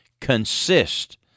consist